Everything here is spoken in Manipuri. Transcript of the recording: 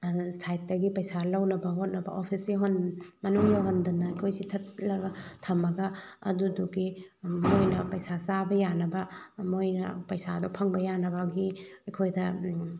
ꯁꯥꯏꯠꯇꯒꯤ ꯄꯩꯁꯥ ꯂꯧꯅꯕ ꯍꯣꯠꯅꯕ ꯑꯣꯐꯤꯁ ꯃꯅꯨꯡ ꯌꯧꯍꯟꯗꯅ ꯑꯩꯈꯣꯏꯁꯤ ꯊꯠꯂꯒ ꯊꯝꯃꯒ ꯑꯗꯨꯗꯨꯒꯤ ꯃꯣꯏꯅ ꯄꯩꯁꯥ ꯆꯥꯕ ꯌꯥꯅꯕ ꯃꯣꯏꯅ ꯄꯩꯁꯥꯗꯣ ꯐꯪꯕ ꯌꯥꯅꯕꯒꯤ ꯑꯩꯈꯣꯏꯗ